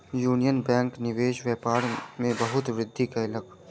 union Bank निवेश व्यापार में बहुत वृद्धि कयलक